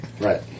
Right